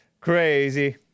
crazy